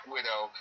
Widow